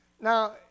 Now